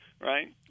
Right